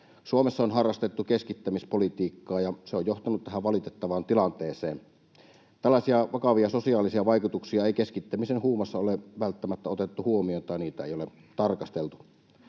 Suomessa on harrastettu keskittämispolitiikkaa, ja se on johtanut tähän valitettavaan tilanteeseen. Tällaisia vakavia sosiaalisia vaikutuksia ei keskittämisen huumassa ole välttämättä otettu huomioon, tai niitä ei ole tarkasteltu.